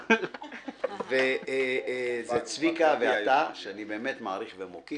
זה צביקה ואתה, שאני באמת מעריך ומוקיר.